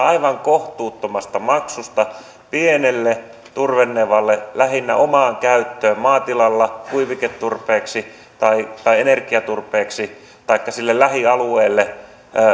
aivan kohtuuttomasta maksusta pienelle turvenevalle lähinnä omaan käyttöön maatilalla kuiviketurpeeksi tai tai energiaturpeeksi taikka sille lähialueelle